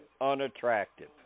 unattractive